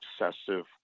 obsessive